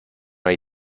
hay